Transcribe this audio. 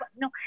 No